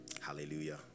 hallelujah